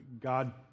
God